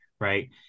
Right